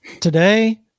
Today